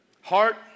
heart